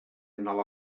nova